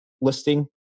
listing